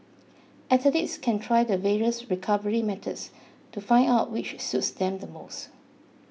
athletes can try the various recovery methods to find out which suits them the most